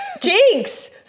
Jinx